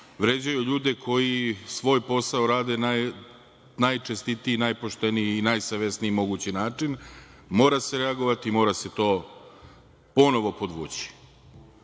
vređaju ljude koji svoj posao rade na najčestitiji, najpošteniji i najsavesniji mogući način. Mora se reagovati i mora se to ponovo podvući. Ja